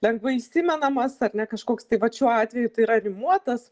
lengvai įsimenamas ar ne kažkoks tai vat šiuo atveju tai yra rimuotas